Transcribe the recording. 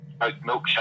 milkshake